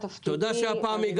תשיב.